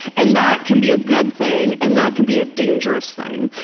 and that can be a good thing and that can be a dangerous thing.